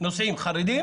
נוסעים חרדים